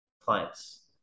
clients